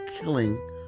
killing